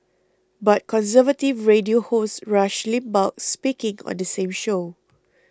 but conservative radio host Rush Limbaugh speaking on the same show